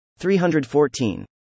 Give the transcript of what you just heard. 314